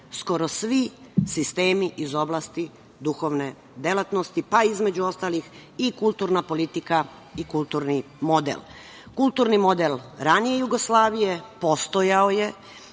skoro svi sistemi iz oblasti duhovne delatnosti, pa između ostalih i kulturna politika i kulturni model. Kulturni model ranije Jugoslavije postojao je